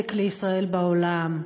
"נזק לישראל בעולם",